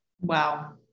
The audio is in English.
Wow